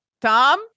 Tom